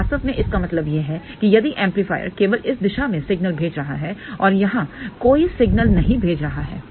तो वास्तव में इसका मतलब यह है कि यदि एम्पलीफायर केवल इस दिशा में सिग्नल भेज रहा है और यहां कोई सिग्नल नहीं भेज रहा है